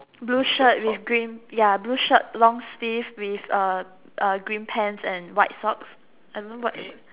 blue shirt with green ya blue shirt long sleeve with uh uh green pants and white socks I don't know what